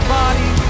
body